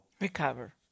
recover